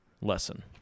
lesson